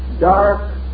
dark